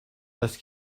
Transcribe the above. parce